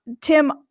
Tim